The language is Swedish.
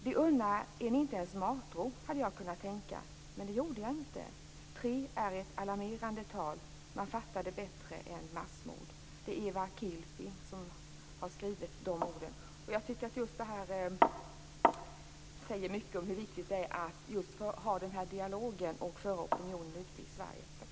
De unnar en inte ens matro, hade jag kunnat tänka. Men det gjorde jag inte. Tre är ett alarmerande tal. Man fattar det bättre än massmord. Det är Eeva Kilpi som har skrivit de orden. Jag tycker att just detta säger mycket om hur viktigt det är att få ha denna dialog och bedriva opinionsbildning ute i Sverige.